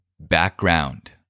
Background